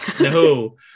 No